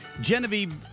Genevieve